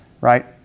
right